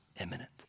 imminent